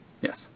Yes